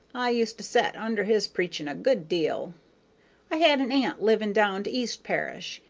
i used to set under his preachin' a good deal i had an aunt living down to east parish.